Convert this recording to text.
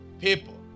people